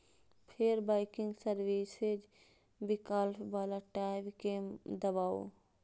फेर banking services विकल्प बला टैब कें दबाउ